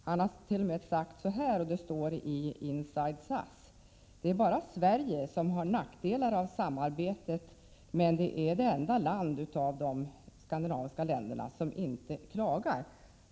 Han har t.o.m. i Inside SAS sagt så här: Det är bara Sverige som har nackdelar av samarbetet, men det är det enda land av de skandinaviska länderna som inte klagar. Herr talman!